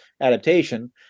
adaptation